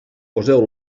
poseu